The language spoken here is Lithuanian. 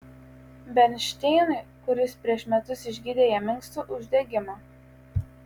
bernšteinui kuris prieš metus išgydė jam inkstų uždegimą